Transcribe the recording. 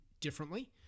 differently